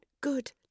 good